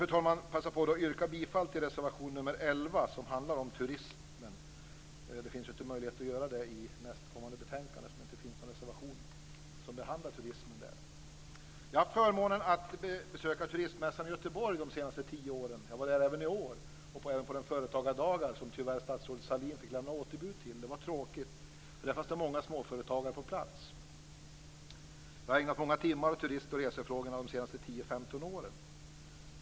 Jag vill passa på att yrka bifall till reservation nr 11 som handlar om turismen. Det finns ju inte möjlighet att göra det i anslutning till nästkommande betänkande, eftersom det inte finns någon reservation som behandlar turismen där. Jag har haft förmånen att besöka turistmässan i Göteborg de senaste tio åren. Jag var där även i år och även på de företagardagar som tyvärr statsrådet Sahlin fick lämna återbud till. Det var tråkigt, för där fanns det många småföretagare på plats. Jag har ägnat många timmar åt turist och resefrågorna de senaste 10-15 åren.